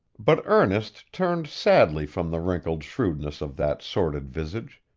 but ernest turned sadly from the wrinkled shrewdness of that sordid visage,